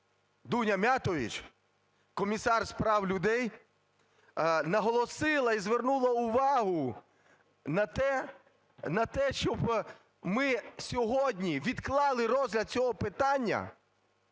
Дуня Міятович – Комісар з прав людей – наголосила і звернула увагу на те… на те, щоб ми сьогодні відклали розгляд цього питання,